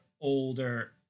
older